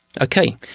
Okay